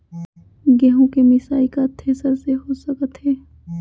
गेहूँ के मिसाई का थ्रेसर से हो सकत हे?